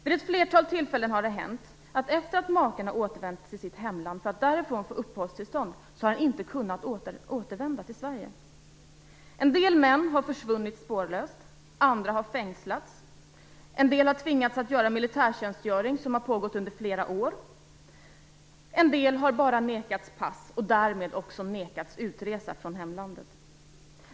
Vid ett flertal tillfällen har det hänt att efter det att maken har återvänt till sitt hemland för att därifrån få uppehållstillstånd har han inte kunnat återvända till Sverige. En del män har försvunnit spårlöst, och andra har fängslats. En del har tvingats göra militärtjänstgöring, som har pågått under flera år. En del har bara nekats pass och därmed också nekats utresa från hemlandet.